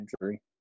injury